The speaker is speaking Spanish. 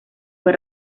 fue